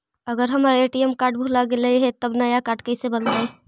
अगर हमर ATM card भुला गैलै हे तब नया काड कइसे बनतै?